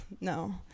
no